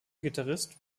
gitarrist